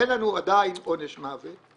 אין לנו עדיין עונש מוות,